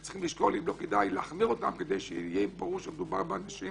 וצריכים לשקול אם לא כדאי להחמיר אותם כדי שיהיה ברור שמדובר באנשים